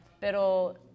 pero